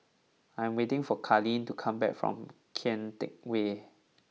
I am waiting for Karlene to come back from Kian Teck Way